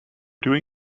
doing